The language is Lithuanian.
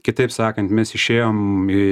kitaip sakan mes išėjom į